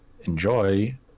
enjoy